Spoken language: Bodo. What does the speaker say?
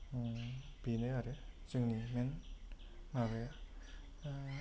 बेनो आरो जोंनि मेन माबाया